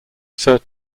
sir